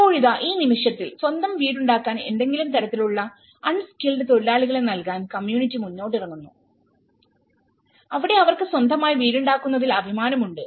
ഇപ്പോഴിതാ ഈ നിമിഷത്തിൽ സ്വന്തം വീടുണ്ടാക്കാൻ എന്തെങ്കിലും തരത്തിലുള്ള അണ് സ്കിൽഡ് തൊഴിലാളികളെ നൽകാൻ കമ്മ്യൂണിറ്റി മുന്നിട്ടിറങ്ങുന്നു അവിടെ അവർക്ക് സ്വന്തമായി വീടുണ്ടാക്കുന്നതിൽ അഭിമാനമുണ്ട്